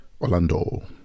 Orlando